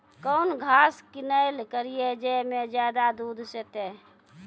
कौन घास किनैल करिए ज मे ज्यादा दूध सेते?